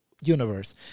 universe